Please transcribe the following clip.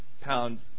pound